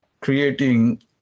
creating